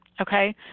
Okay